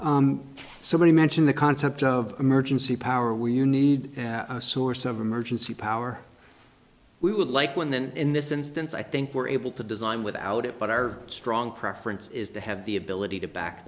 many mention the concept of emergency power when you need a source of emergency power we would like one then in this instance i think we're able to design without it but our strong preference is to have the ability to back t